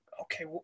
okay